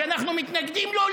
שאנחנו מתנגדים לו,